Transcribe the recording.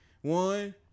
one